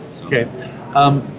Okay